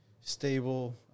stable